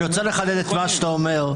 אני רוצה לחדד את מה שאתה אומר.